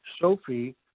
Sophie